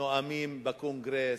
נואמים בקונגרס,